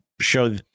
show